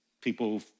people